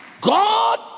God